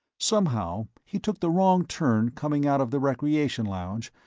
somehow he took the wrong turn coming out of the recreation lounge,